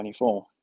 2024